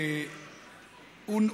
הוא,